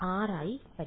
വിദ്യാർത്ഥി r→